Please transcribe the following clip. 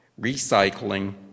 recycling